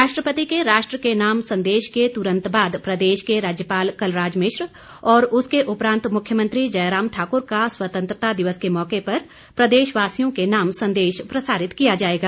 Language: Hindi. राष्ट्रपति के राष्ट्र के नाम संदेश के तुरंत बाद प्रदेश के राज्यपाल कलराज मिश्र और उसके उपरांत मुख्यमंत्री जयराम ठाकुर का स्वतंत्रता दिवस के मौके पर प्रदेशवासियों के नाम संदेश प्रसारित किया जाएगा